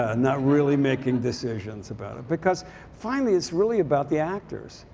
ah not really making decisions about it. because finally it's really about the actors.